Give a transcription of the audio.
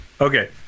Okay